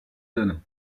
donne